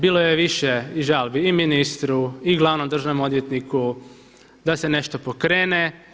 Bilo je više i žalbi i ministru i glavnom državnom odvjetniku da se nešto pokrene.